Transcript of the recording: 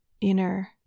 inner